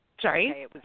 Sorry